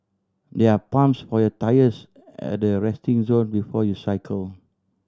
there are pumps for your tyres at the resting zone before you cycle